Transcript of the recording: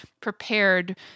prepared